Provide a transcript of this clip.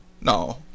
No